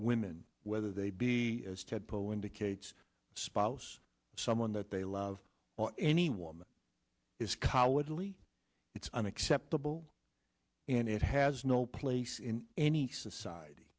women whether they be poll indicates spouse someone that they love or any woman is cowardly it's unacceptable and it has no place in any society